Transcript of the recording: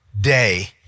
day